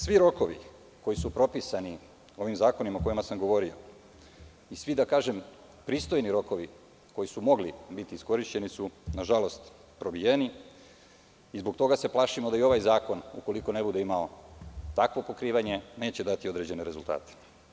Svi rokovi koji su propisani ovim zakonima o kojima sam govorio, da kažem pristoji rokovi koji su mogli biti iskorišćeni su nažalost probijeni i zbog toga se plašimo da i ovaj zakon ukoliko ne bude imao takvo pokrivanje, neće dati određene rezultate.